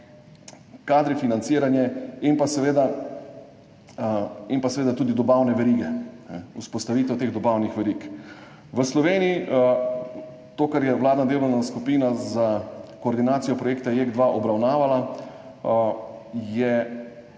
tudi govoril, in pa seveda dobavne verige, vzpostavitev dobavnih verig. V Sloveniji, to, kar je vladna delovna skupina za koordinacijo projekta JEK2 obravnavala, so